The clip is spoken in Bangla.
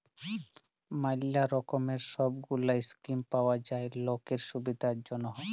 ম্যালা রকমের সব গুলা স্কিম পাওয়া যায় লকের সুবিধার জনহ